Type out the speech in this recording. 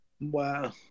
wow